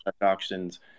auctions